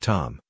Tom